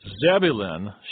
Zebulun